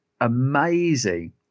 amazing